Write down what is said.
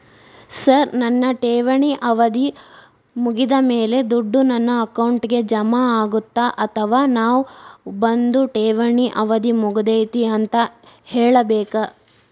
Sir ನನ್ನ ಠೇವಣಿ ಅವಧಿ ಮುಗಿದಮೇಲೆ, ದುಡ್ಡು ನನ್ನ ಅಕೌಂಟ್ಗೆ ಜಮಾ ಆಗುತ್ತ ಅಥವಾ ನಾವ್ ಬಂದು ಠೇವಣಿ ಅವಧಿ ಮುಗದೈತಿ ಅಂತ ಹೇಳಬೇಕ?